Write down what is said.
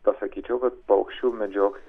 pasakyčiau kad paukščių medžioklė